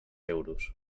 euros